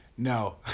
No